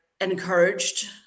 encouraged